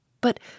but